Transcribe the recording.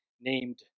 named